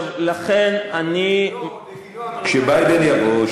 כשביידן יבוא,